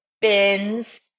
bins